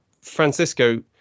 Francisco